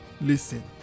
listen